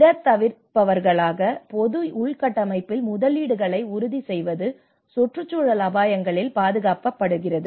இடர் தவிர்ப்பவர்களாக பொது உள்கட்டமைப்பில் முதலீடுகளை உறுதி செய்வது சுற்றுச்சூழல் அபாயங்களில் பாதுகாக்கப்படுகிறது